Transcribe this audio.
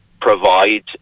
provide